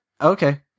Okay